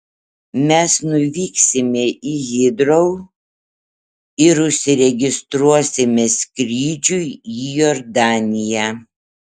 mes nuvyksime į hitrou ir užsiregistruosime skrydžiui į jordaniją